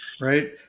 Right